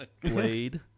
Blade